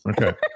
Okay